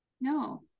No